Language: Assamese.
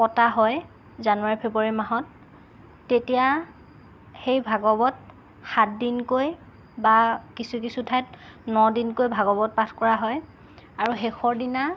পতা হয় জানুৱাৰী ফেব্ৰুৱাৰী মাহত তেতিয়া সেই ভাগৱত সাতদিনকৈ বা কিছু কিছু ঠাইত নদিনকৈ ভাগৱত পাঠ কৰা হয় আৰু শেষৰ দিনা